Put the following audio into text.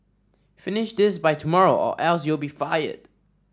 finish this by tomorrow or else you'll be fired